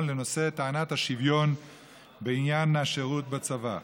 לנושא טענת השוויון בעניין השירות בצבא,